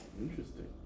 Interesting